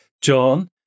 John